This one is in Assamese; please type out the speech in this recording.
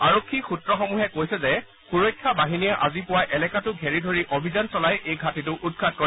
আৰক্ষী সূত্ৰসমূহে কৈছে যে সুৰক্ষা বাহিনীয়ে আজি পুৱা এলেকাটো ঘেৰি ধৰি অভিযান চলাই এই ঘাটিতো উৎখাত কৰে